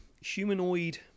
Humanoid